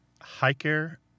Hiker